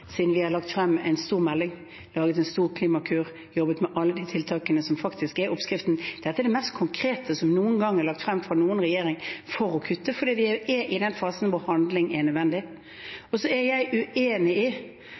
siden vi har lagt frem en stor melding – vi har en stor Klimakur-rapport, jobbet med alle de tiltakene som faktisk er oppskriften. Det er det mest konkrete som noen gang er lagt frem fra noen regjering for å kutte, fordi vi er i den fasen hvor handling er nødvendig. Så er jeg uenig i